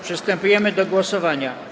Przystępujemy do głosowania.